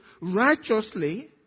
righteously